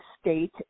state